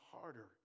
harder